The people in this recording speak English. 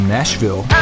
Nashville